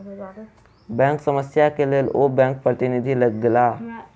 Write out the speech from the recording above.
bank समस्या के लेल ओ बैंक प्रतिनिधि लग गेला